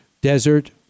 desert